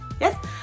Yes